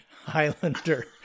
Highlander